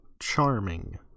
charming